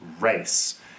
race